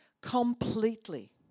Completely